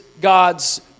God's